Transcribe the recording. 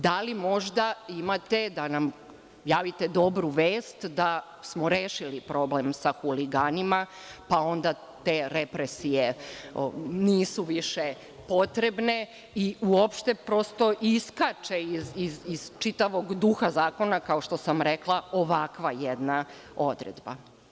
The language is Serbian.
Da li možda imate da nam javite dobru vest da smo rešili problem sa huliganima, pa onda te represije nisu više potrebne, uopšte prosto, iskače iz čitavog duha zakona, kao što sam rekla, ovakva jedna odredba.